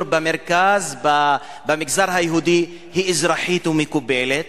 במרכז במגזר היהודי היא אזרחית ומקובלת,